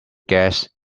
guests